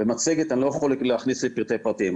במצגת אני לא יכול להכניס לפרטי פרטים.